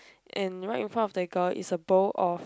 and right in front of the girl is a bowl of